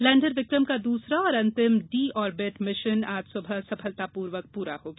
lander Vikram का दूसरा और अंतिम डी आर्बिट मिशन आज सुबह सफलतापूर्वक पूरा हो गया